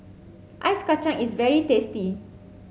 Ice Kachang is very tasty